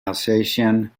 alsatian